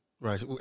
Right